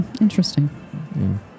interesting